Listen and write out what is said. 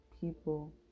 People